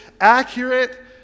accurate